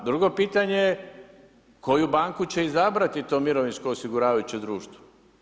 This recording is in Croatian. A drugo pitanje je koju banku će izabrati to mirovinsko osiguravajuće društvo.